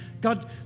God